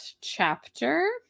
chapter